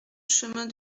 chemin